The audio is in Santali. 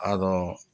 ᱟᱫᱚ